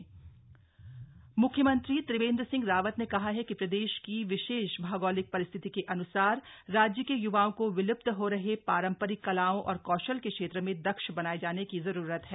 skill study report म्ख्यमंत्री त्रिवेन्द्र सिंह रावत ने कहा है कि प्रदेश की विशेष भौगोलिक रिस्थिति के अन्सार राज्य के य्वाओं को विल्प्त हो रहे शरम् रिक कलाओं और कौशल के क्षेत्र में दक्ष बनाये जाने की जरूरत है